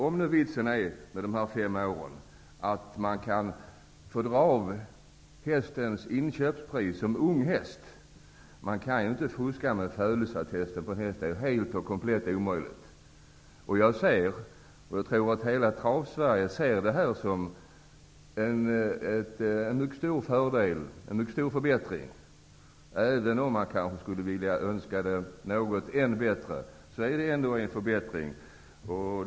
Om nu vitsen med dessa fem år är att man kan få dra av hästens inköpspris, när den är unghäst, så kan man ju inte fuska med födelseattester på hästar. Det är helt och komplett omöjligt. Jag ser detta, och jag tror att hela Travsverige gör det, som en mycket stor förbättring. Även om man skulle önska något ännu bättre är detta ändå en förbättring.